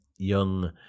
young